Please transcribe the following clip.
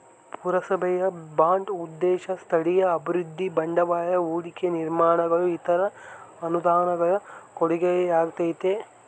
ಪುರಸಭೆಯ ಬಾಂಡ್ ಉದ್ದೇಶ ಸ್ಥಳೀಯ ಅಭಿವೃದ್ಧಿ ಬಂಡವಾಳ ಹೂಡಿಕೆ ನಿರ್ಮಾಣಗಳು ಇತರ ಅನುದಾನಗಳ ಕೊಡುಗೆಯಾಗೈತೆ